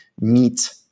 meet